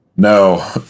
No